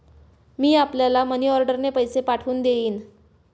मी आपल्याला मनीऑर्डरने पैसे पाठवून देईन